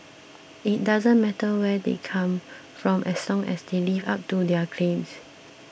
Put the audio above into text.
it doesn't matter where they come from as long as they live up to their claims